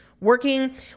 working